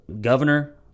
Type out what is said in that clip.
Governor